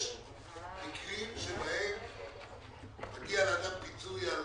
יש מקרים שבהם מגיע לאדם פיצוי על